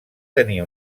tenir